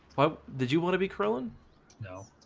why did you want to be curling no,